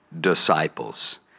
disciples